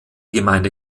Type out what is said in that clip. gemeinde